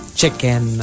chicken